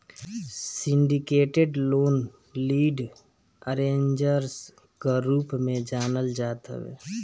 syndicated loan lead arrangers कअ रूप में जानल जात हवे